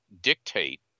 dictate